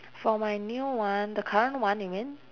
for my new one the current one you mean